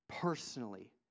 personally